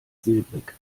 silbrig